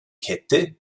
kette